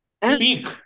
Peak